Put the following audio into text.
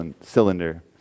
cylinder